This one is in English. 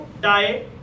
die